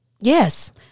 Yes